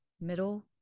middle